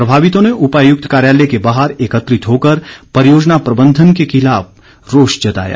प्रभावितों ने उपायुक्त कार्यालय के बाहर एकत्रित होकर परियोजना प्रबंधन के खिलाफ रोष जताया